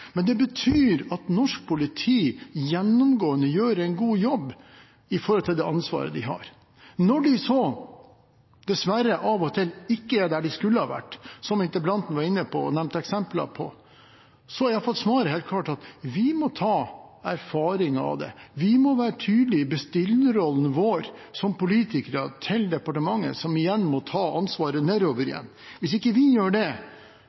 men det betyr at norsk politi gjennomgående gjør en god jobb i forhold til det ansvaret de har. Når de så dessverre av og til ikke er der de skulle ha vært – som interpellanten var inne på og nevnte eksempler på – er i alle fall svaret helt klart at vi må høste erfaringer av det. Vi må være tydelige i bestillerrollen vår som politikere til departementet, som igjen må ta ansvaret nedover igjen. Hvis ikke vi gjør det,